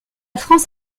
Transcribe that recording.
france